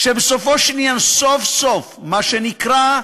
שבסופו של עניין, סוף-סוף, מה שנקרא,